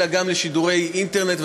אלא גם לשידורי אינטרנט,